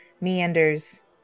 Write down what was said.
meanders